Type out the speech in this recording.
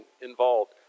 involved